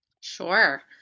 Sure